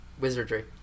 Wizardry